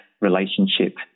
relationship